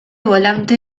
volante